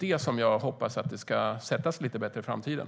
Jag hoppas att det ska sätta sig lite bättre i framtiden.